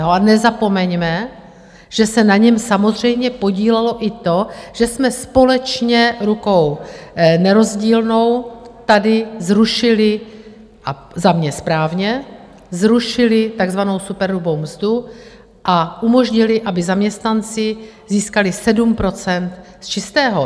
A nezapomeňme, že se na něm samozřejmě podílelo i to, že jsme společně rukou nerozdílnou tady zrušili a za mě správně takzvanou superhrubou mzdu a umožnili, aby zaměstnanci získali 7 % čistého.